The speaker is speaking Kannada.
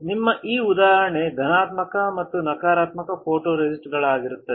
ನಿಮ್ಮ ಈ ಉದಾಹರಣೆ ಧನಾತ್ಮಕ ಮತ್ತು ನಕಾರಾತ್ಮಕ ಫೋಟೊರೆಸಿಸ್ಟ್ ಗಳದ್ದಾಗಿರುತ್ತದೆ